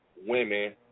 women